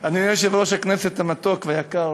אדוני יושב-ראש הכנסת המתוק והיקר